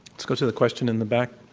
let's go to the question in the back.